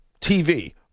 TV